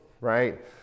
right